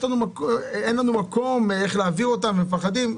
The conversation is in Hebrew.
אין לנו מקום איך להעביר אותם ומפחדים.